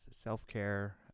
self-care